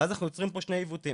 ואז אנחנו יוצרים פה שני עיוותים,